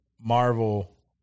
Marvel